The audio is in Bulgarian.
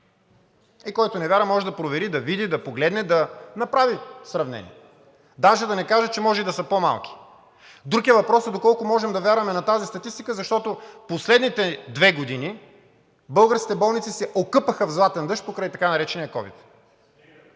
Който не вярва, може да провери, да види, да погледне, да направи сравнение. Даже да не кажа, че може и да са по-малки. Друг е въпросът доколко можем да вярваме на тази статистика, защото последните две години българските болници се окъпаха в златен дъжд покрай така наречения ковид,